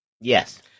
Yes